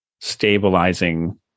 stabilizing